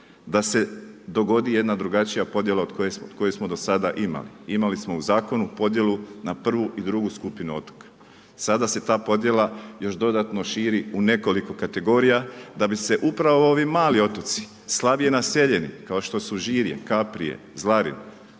da se dogodi jedna drugačija podjela od koje smo do sada imali. Imali smo u zakonu podjelu na prvu i drugu skupinu otoka. Sada se ta podjela još dodatno širi u nekoliko kategorija da bi se upravo ovi mali otoci, slabije naseljeni, kao što su Žirije, Kaprije, Zlarin,